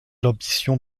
l’ambition